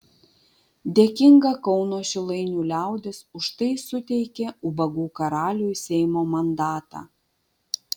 dėkinga kauno šilainių liaudis už tai suteikė ubagų karaliui seimo mandatą